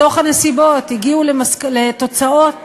בתוך הנסיבות הגיעו לתוצאות